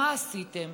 מה עשיתם?